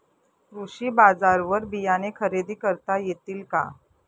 कृषी बाजारवर बियाणे खरेदी करता येतील का?